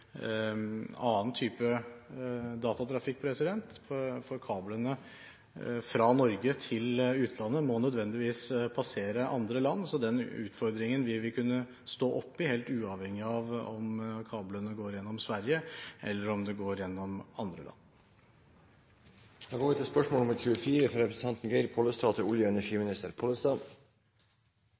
annen type datatrafikk. Kablene fra Norge til utlandet må nødvendigvis passere andre land, så den utfordringen vil vi kunne stå oppe i helt uavhengig av om kablene går gjennom Sverige eller gjennom andre land. Mitt spørsmål går til olje- og energiministeren: «En viktig del av klimaløsningen er økt produksjon av fornybar energi. Norge har gjennom en kombinasjon av store havområder og